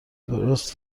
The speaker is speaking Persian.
درست